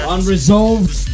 Unresolved